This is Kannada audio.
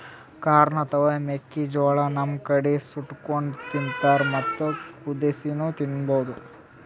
ಕಾರ್ನ್ ಅಥವಾ ಮೆಕ್ಕಿಜೋಳಾ ನಮ್ ಕಡಿ ಸುಟ್ಟಕೊಂಡ್ ತಿಂತಾರ್ ಮತ್ತ್ ಕುದಸಿನೂ ತಿನ್ಬಹುದ್